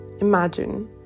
Imagine